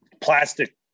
plastic